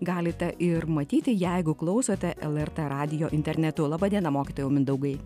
galite ir matyti jeigu klausote lrt radijo internetu laba diena mokytojau mindaugai